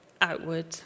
outward